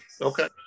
Okay